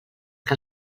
que